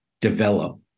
develop